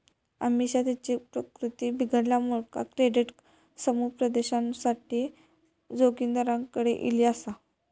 अमिषा तिची प्रकृती बिघडल्यामुळा क्रेडिट समुपदेशनासाठी जोगिंदरकडे ईली आसा